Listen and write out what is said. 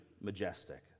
majestic